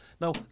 Now